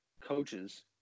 coaches